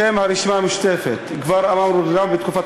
בשם הרשימה המשותפת כבר אמרנו בתקופת